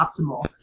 optimal